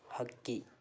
ಹಕ್ಕಿ